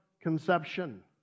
conception